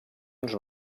uns